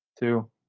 two